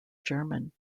german